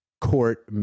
court